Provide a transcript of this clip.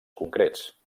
concrets